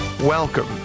Welcome